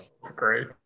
Great